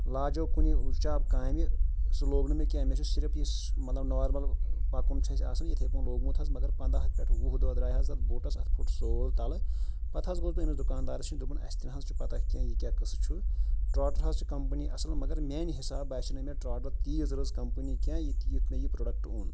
لاجاے کُنہِ وُچاب کامہِ سُہ لوٚگ نہٕ مےٚ کیٚنٛہہ مےٚ چھُ صِرف یُس مطلب نارمَل پَکُن چھُ اَسہِ آسان یِتھٕے پٲٹھۍ لوگمُت حظ مگر پنٛداہ پیٚٹھ وُہ دۄہ درٛاے حظ اَتھ بوٗٹَس اَتھ پھُٹ سول تَلہٕ پَتہٕ حظ گوس بہٕ أمِس دُکانٛدارَس نِش دوٚپُن اَسہِ تہِ نہٕ حظ چھُ پَتاہ کیٚنٛہہ یہِ کیٛاہ قٕصہٕ چھُ ٹرٛاٹَر حظ چھِ کَمپٔنی اَصٕل مگر میٛانہِ حِساب باسیٚے نہٕ مےٚ ٹرٛاٹَر تیٖژ رٔژ کَمپٔنی کیٚنٛہہ یُتھ مےٚ یہِ پرٛوڈَکٹہٕ اوٚن